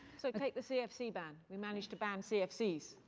so take the cfc ban. we managed to ban cfcs,